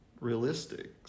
realistic